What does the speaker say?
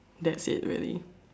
that's it already